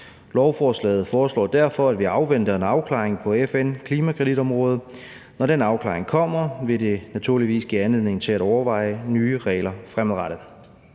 Lovforslaget foreslår derfor, at vi afventer en afklaring på FN-klimakreditområdet. Når den afklaring kommer, vil det naturligvis give anledning til at overveje nye regler fremadrettet.